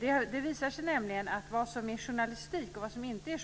Det visar sig nämligen att vad som är journalistik och vad som inte är